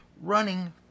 running